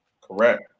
Correct